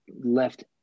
left